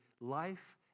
life